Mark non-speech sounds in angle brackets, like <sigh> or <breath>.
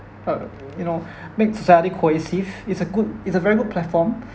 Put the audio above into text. uh you know <breath> make society cohesive it's a good it's a very good platform <breath>